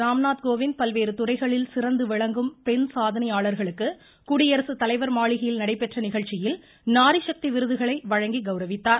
ராம்நாத் கோவிந்த் பல்வேறு துறைகளில் சிறந்து விளங்கும் பெண் சாதனையாளா்களுக்கு குடியரசுத் தலைவா் மாளிகையில் நடைபெற்ற நிகழ்ச்சியில் நாரிசக்தி விருதுகளை வழங்கி கௌரவித்தார்